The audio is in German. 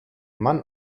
mann